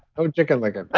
no chicken-licking.